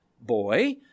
boy